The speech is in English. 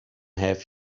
have